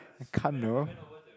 I can't though